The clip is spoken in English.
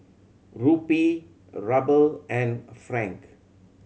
Rupee Ruble and Franc